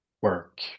work